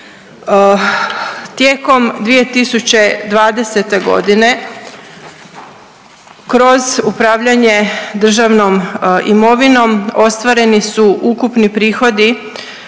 Tijekom 2020.g. kroz upravljanje državnom imovinom ostvareni su ukupni prihodi